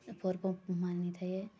ପର୍ବ ମାନିଥାଏ